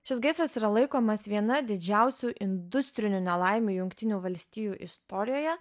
šis gaisras yra laikomas viena didžiausių industrinių nelaimių jungtinių valstijų istorijoje